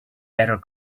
better